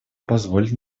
позволит